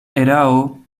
erao